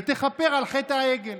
ותכפר על חטא העגל.